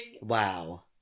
Wow